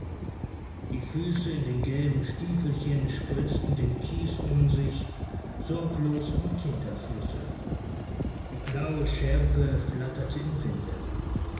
die füße in den gelben stiefelchen spritzten den kies um sich sorglos wie kinderfüße die blaue schärpe flatterte im winde